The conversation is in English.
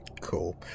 Cool